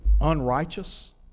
unrighteous